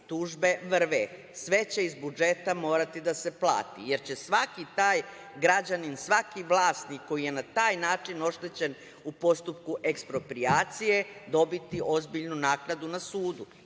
Tužbe vrve. Sve će iz budžeta morati da se plati, jer će svaki taj građanin, svaki vlasnik koji je na taj način oštećen u postupku eksproprijacije dobiti ozbiljnu naknadu na sudu